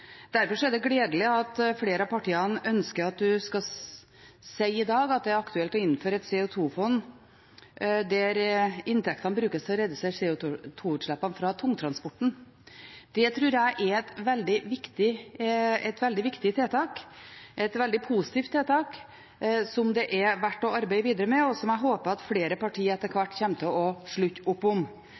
er det gledelig at flere av partiene ønsker at vi i dag skal si at det er aktuelt å innføre et CO 2 -fond der inntektene brukes til å redusere CO 2 -utslippene fra tungtransporten. Det tror jeg er et veldig viktig tiltak, et veldig positivt tiltak som det er verdt å arbeide videre med, og som jeg håper at flere partier etter hvert kommer til å slutte opp om.